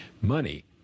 Money